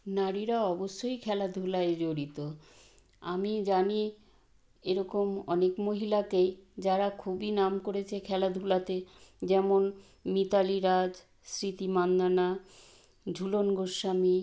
নারীরা অবশ্যই খেলাধুলায় জড়িত আমি জানি এরকম অনেক মহিলাকেই যারা খুবই নাম করেছে খেলাধুলাতে যেমন মিতালি রাজ স্মৃতি মান্দানা ঝুলন গোস্বামী